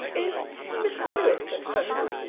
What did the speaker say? is miss lewis at home?